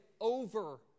over